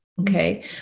Okay